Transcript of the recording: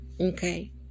okay